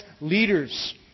leaders